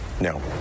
No